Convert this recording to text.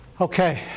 Okay